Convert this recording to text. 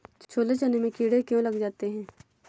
छोले चने में कीड़े क्यो लग जाते हैं?